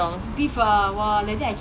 the ice cream the soft cone !wah!